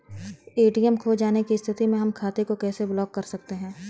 ATM खो जाने की स्थिति में हम खाते को कैसे ब्लॉक कर सकते हैं?